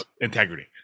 integrity